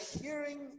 hearing